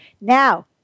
Now